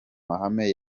mahame